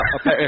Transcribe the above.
okay